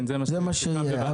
כן, זה מה שסוכם.